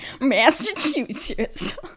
massachusetts